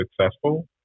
successful